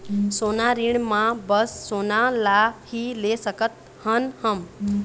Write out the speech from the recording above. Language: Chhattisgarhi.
सोना ऋण मा बस सोना ला ही ले सकत हन हम?